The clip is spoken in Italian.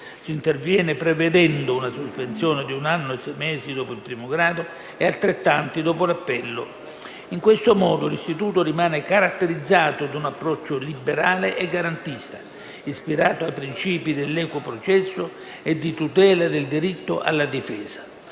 Si interviene prevedendo una sospensione di un anno e sei mesi dopo il primo grado e altrettanti dopo l'appello. In questo modo l'istituto rimane caratterizzato da un approccio liberale e garantista, ispirato ai principi dell'equo processo e di tutela del diritto alla difesa.